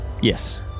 yes